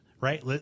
Right